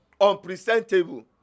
unpresentable